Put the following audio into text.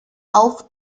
auch